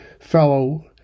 fellow